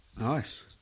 Nice